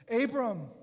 Abram